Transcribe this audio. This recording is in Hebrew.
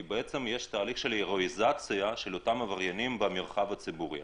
כי בעצם יש תהליך של הירואיזציה של אותם עבריינים במרחב הציבורי.